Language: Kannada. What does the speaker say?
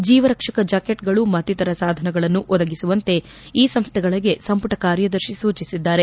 ಜೀವರಕ್ಷಕ ಜಾಕೆಚ್ಗಳು ಮತ್ತಿತರ ಸಾಧನಗಳನ್ನು ಒದಗಿಸುವಂತೆ ಈ ಸಂಸ್ವೆಗಳಿಗೆ ಸಂಪುಟ ಕಾರ್ಯದರ್ತಿ ಸೂಚಿಸಿದ್ದಾರೆ